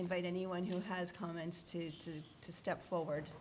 invite anyone who has comments to to to step forward